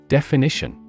Definition